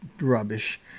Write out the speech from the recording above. rubbish